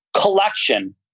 collection